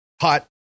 hot